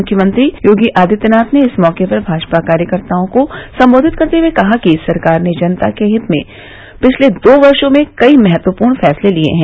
मुख्यमंत्री योगी आदित्यनाथ ने इस मौके पर भाजपा कार्यकर्ताओं को संबोधित करते हए कहा कि सरकार ने जनता के हित में पिछले दो वर्षो में कई महत्वपूर्ण फैसले लिये हैं